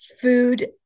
food